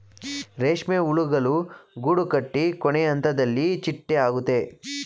ರೇಷ್ಮೆ ಹುಳುಗಳು ಗೂಡುಕಟ್ಟಿ ಕೊನೆಹಂತದಲ್ಲಿ ಚಿಟ್ಟೆ ಆಗುತ್ತೆ